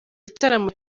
igitaramo